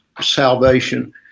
salvation